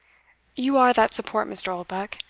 you are that support, mr. oldbuck.